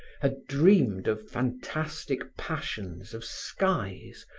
had dreamed of fantastic passions of skies,